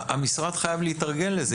המשרד חייב להתארגן לזה.